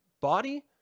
body